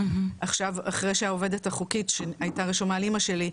עכשיו אחרי שהעובדת החוקית הייתה רשומה על אימא שלי,